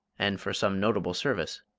and for some notable service.